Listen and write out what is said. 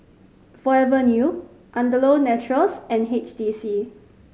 Forever New Andalou Naturals and H T C